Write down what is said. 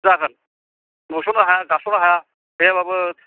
जागोन नुस'नो हाया गास'नो हाया गैयाब्लाबो